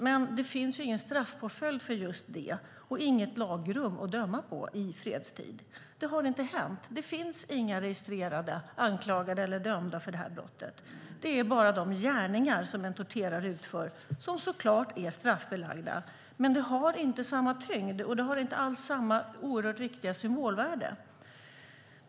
Men det finns ingen straffpåföljd för just det och inget tillämpligt lagrum i fredstid. Det har inte hänt. Det finns inga registrerade, anklagade eller dömda för det här brottet. Det är bara de gärningar som en torterare utför som är straffbelagda. Men det har inte samma tyngd och inte alls samma oerhört viktiga symbolvärde.